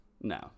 no